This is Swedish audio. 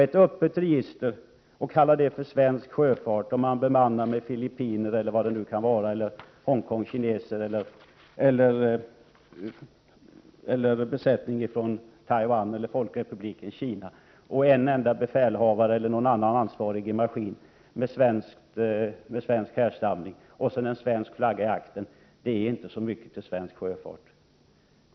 Ett öppet register — som innebär att man kanske bemannar med filippiner, Hongkong-kineser eller besättningar från Taiwan eller folkrepubliken Kina, har en enda befälhavare eller någon annan ansvarig i maskinavdelningen med svensk härstamning och sedan en svensk flagga i aktern — det är inte så mycket till svensk sjöfart.